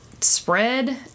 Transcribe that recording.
spread